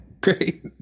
great